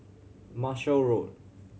Marshall Road